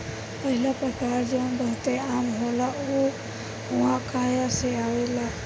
पहिला प्रकार जवन बहुते आम होला उ हुआकाया से आवेला